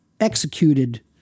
executed